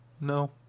No